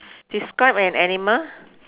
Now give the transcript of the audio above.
describe an animal